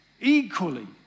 equally